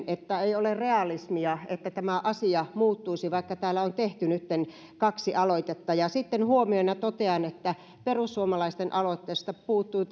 että ei ole realismia että tämä asia muuttuisi vaikka täällä on tehty nytten kaksi aloitetta sitten huomiona totean että perussuomalaisten aloitteesta puuttui